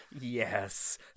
Yes